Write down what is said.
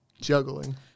Juggling